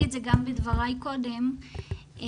בדבריי קודם,